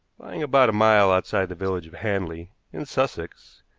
lying about a mile outside the village of hanley, in sussex,